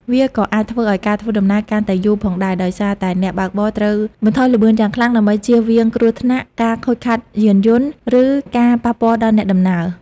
វាក៏អាចធ្វើឱ្យការធ្វើដំណើរកាន់តែយូរផងដែរ ដោយសារតែអ្នកបើកបរត្រូវបន្ថយល្បឿនយ៉ាងខ្លាំងដើម្បីជៀសវាងគ្រោះថ្នាក់ ការខូចខាតយានយន្ត ឬការប៉ះពាល់ដល់អ្នកដំណើរ។